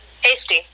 hasty